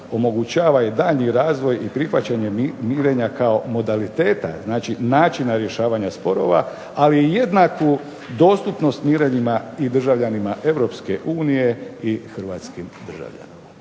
omogućava i daljnji razvoj i prihvaćanje mirenja kao modaliteta, znači načina rješavanja sporova, ali jednaku dostupnost mirenjima i državljanima Europske unije i Hrvatskih državljana.